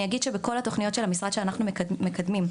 אני אגיד שבכל התוכניות של המשרד שאנחנו מקדמים,